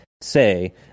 say